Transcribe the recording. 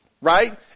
Right